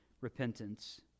repentance